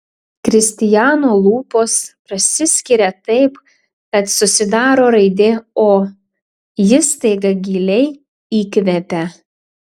kristijano lūpos prasiskiria taip kad susidaro raidė o jis staiga giliai įkvepia